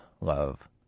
love